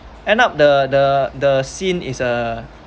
end up the the the scene is a